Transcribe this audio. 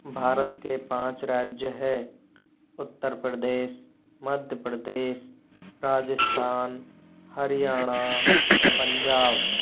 भारत के पाँच राज्य है उत्तर प्रदेश मध्य प्रदेश राजस्थान हरियाणा पंजाब